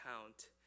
count